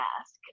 ask